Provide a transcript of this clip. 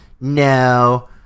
no